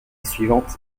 suivante